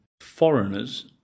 foreigners